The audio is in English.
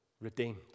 Redeemed